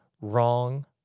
wrong